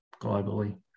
globally